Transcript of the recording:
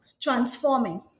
transforming